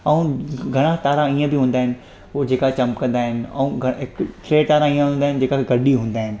ऐं घणा तारा ईअं बि हूंदा आहिनि उहो जेका चमकंदा आहिनि ऐं घणे टे तारा ईअं हूंदा आहिनि जेका गॾ ई हूंदा आहिनि